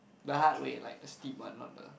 the hard way like the steep one not the